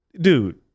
dude